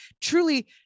truly